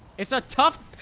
it's a tough